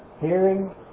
Hearing